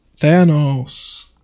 Thanos